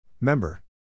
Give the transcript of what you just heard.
Member